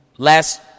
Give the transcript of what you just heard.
Last